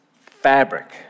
fabric